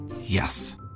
Yes